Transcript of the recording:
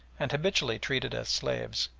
and habitually treated as slaves,